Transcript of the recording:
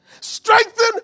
Strengthen